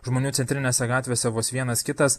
žmonių centrinėse gatvėse vos vienas kitas